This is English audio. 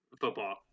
football